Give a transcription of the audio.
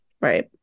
Right